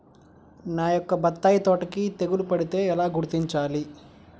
నా యొక్క బత్తాయి తోటకి తెగులు పడితే ఎలా గుర్తించాలి?